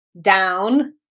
down